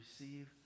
receive